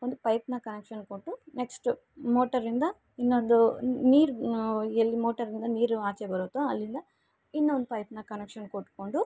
ಒಂದು ಪೈಪ್ನ ಕನೆಕ್ಷನ್ ಕೊಟ್ಟು ನೆಕ್ಶ್ಟು ಮೋಟರಿಂದ ಇನ್ನೊಂದು ನೀರು ಎಲ್ಲಿ ಮೋಟರಿಂದ ನೀರು ಆಚೆ ಬರುತ್ತೋ ಅಲ್ಲಿಂದ ಇನ್ನೊಂದು ಪೈಪ್ನ ಕನೆಕ್ಷನ್ ಕೊಟ್ಕೊಂಡು